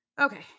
Okay